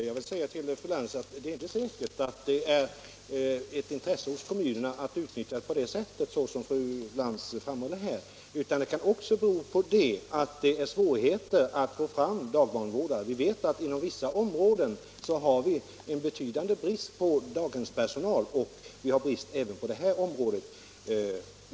Herr talman! Det är inte säkert att det är ett intresse hos kommunerna att utnyttja lagen på det sätt som fru Lantz säger. De förhållanden som fru Lantz påtalar kan också bero på att det är svårt att få fram barnvårdare. — Nr 97 Vi vet att det inom vissa områden råder en betydande brist på dag Måndagen den hemspersonal och även på sådan personal som det här gäller.